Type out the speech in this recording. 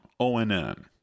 ONN